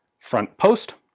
front post.